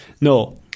no